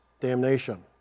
damnation